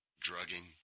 drugging